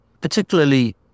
particularly